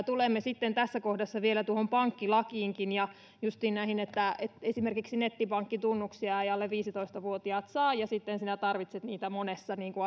tulemme sitten tässä kohdassa vielä tuohon pankkilakiinkin ja justiin näihin että esimerkiksi nettipankkitunnuksia eivät alle viisitoista vuotiaat saa ja sitten sinä tarvitset niitä monessa